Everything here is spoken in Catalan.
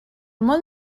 molt